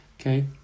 okay